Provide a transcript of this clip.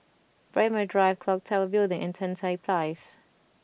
Braemar Drive Clock Tower Building and Tan Tye Place